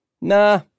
Nah